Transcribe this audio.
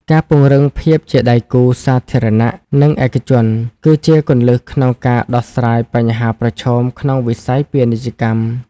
ការពង្រឹងភាពជាដៃគូសាធារណៈ និងឯកជន គឺជាគន្លឹះក្នុងការដោះស្រាយបញ្ហាប្រឈមក្នុងវិស័យពាណិជ្ជកម្ម។